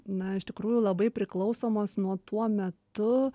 na iš tikrųjų labai priklausomos nuo tuo metu